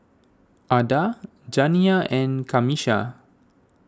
Ada Janiyah and Camisha